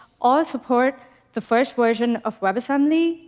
all support the first version of webassembly.